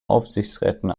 aufsichtsräten